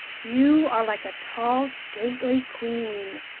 you are like a tall stately queen.